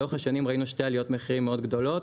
לאורך השנים ראינו שתי עליות מחירים מאוד גדולות,